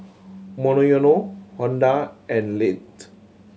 Monoyono Honda and Lindt